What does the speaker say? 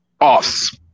offs